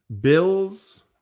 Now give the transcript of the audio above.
Bills